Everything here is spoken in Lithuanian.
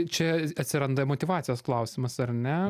čia atsiranda motyvacijos klausimas ar ne